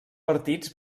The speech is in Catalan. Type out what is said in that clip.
partits